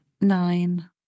Nine